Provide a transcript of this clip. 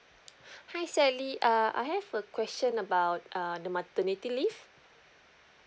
hi sally err I have a question about uh the maternity leave